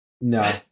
No